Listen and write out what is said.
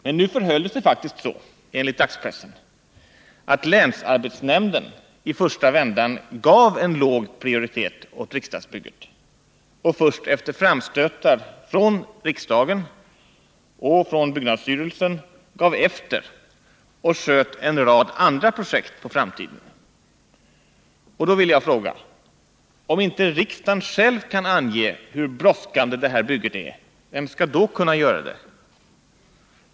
Men nu förhöll det sig faktiskt så. enligt dagspressen. att länsarbetsnämnden i första vändan gav en låg prioritet åt riksdagsbygget, och först efter framstötar från riksdagen och byggnadsstyrelsen gav man efter och sköt en rad andra projekt på framtiden. Då vill jag fråga: Om inte riksdagen själv kan ange hur brådskande det är med det här bygget, vem skall då kunna göra det?